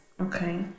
Okay